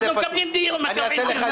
אנחנו מקיימים דיון --- אתה יודע מה?